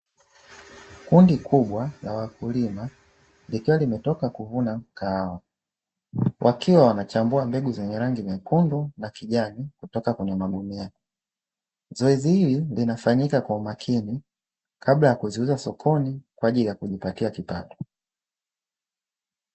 Kundi kubwa la wakulima likiwa limetoka kuvuna kahawa, wakiwa wanachambua mbegu zenye rangi nyekundu na kijani, kutoka kwenye magunia. Zoezi hili linafanyika kwa umakini kabla ya kuziuza sokoni kwa ajili ya kujipatia kipato.